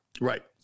Right